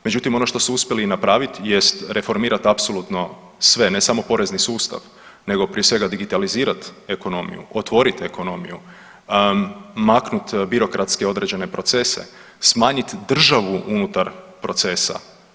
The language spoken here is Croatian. Međutim, ono što su uspjeli napraviti jest reformirati apsolutno sve, ne samo porezni sustav nego prije svega digitalizirati ekonomiju, otvoriti ekonomiju, maknuti birokratske određene procese, smanjiti državu unutar procesa.